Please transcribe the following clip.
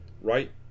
right